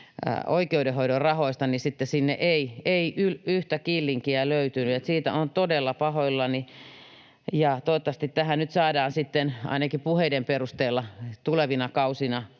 oikeudenhoidon rahoista, niin sitten sinne ei yhtä killinkiä löytynyt. Siitä olen todella pahoillani. Toivottavasti tähän nyt saadaan sitten — ainakin puheiden perusteella — tulevina kausina